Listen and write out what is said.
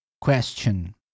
question